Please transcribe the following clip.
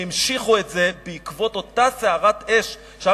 שהמשיכו את זה בעקבות אותה סערת אש שעם